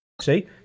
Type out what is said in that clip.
See